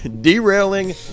derailing